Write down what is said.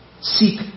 Seek